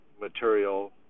material